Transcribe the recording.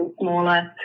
smaller